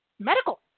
Medical